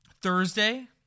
Thursday